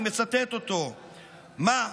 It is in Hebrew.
אני מצטט אותו: "מה,